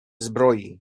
zbroi